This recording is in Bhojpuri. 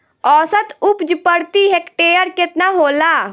औसत उपज प्रति हेक्टेयर केतना होला?